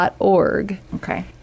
Okay